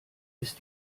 ist